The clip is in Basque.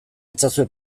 itzazue